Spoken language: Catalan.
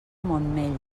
montmell